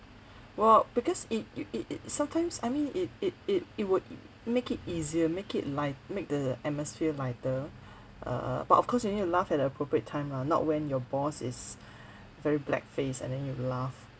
well because it you it it sometimes I mean it it it it would make it easier make it li~ make the atmosphere lighter err but of course you need to laugh at the appropriate time lah not when your boss is very black face and then you laugh